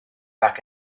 back